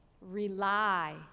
rely